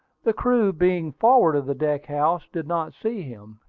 the crew being forward of the deck-house did not see him.